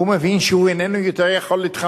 הוא מבין שהוא איננו יכול יותר להתחמק